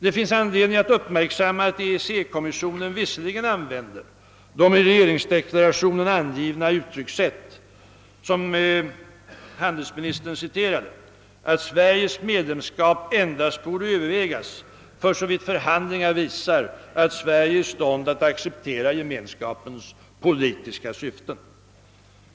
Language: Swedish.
Det finns anledning att uppmärksamma, att EEC-kommissionen visserligen använder det i regeringsdeklarationen angivna uttryckssättet, som handelsministern citerade, nämligen, att Sveriges medlemskap endast borde övervägas för så vitt förhandlingar visar, att Sverige är i stånd att acceptera Gemenskapens politiska syften.